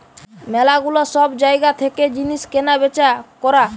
ম্যালা গুলা সব জায়গা থেকে জিনিস কেনা বেচা করা